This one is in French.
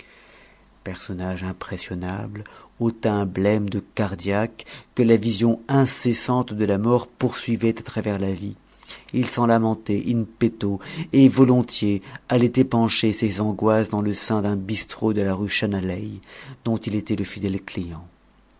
personnage impressionnable au teint blême de cardiaque que la vision incessante de la mort poursuivait à travers la vie il s'en lamentait in petto et volontiers allait épancher ses angoisses dans le sein d'un bistrot de la rue chanaleille dont il était le fidèle client